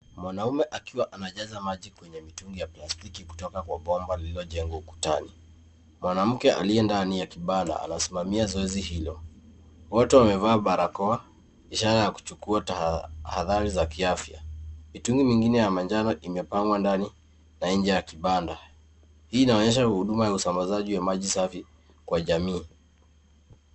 Mwanaume akiwa anajaza maji kwenye mitungi ya plastiki kutoka kwa bomba llilojengwa ukutani. Mwanamke aliye ndani ya kibanda anasimamia zoezi hilo ,wote wamevaa barakoa ishara ya kuchukua tahadhari za kiafya. Mitungi mingine ya manjano imepangwa ndani na nje ya kibanda ,hii inaonyesha hudumu ya usabazaji wa maji safi kwa jamii.